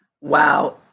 wow